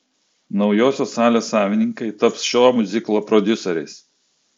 naujosios salės savininkai taps šio miuziklo prodiuseriais